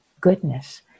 goodness